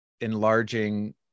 enlarging